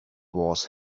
was